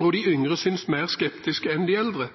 og de yngre synes mer skeptiske enn de eldre.